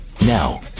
Now